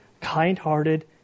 kind-hearted